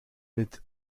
mit